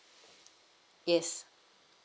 yes